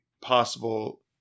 possible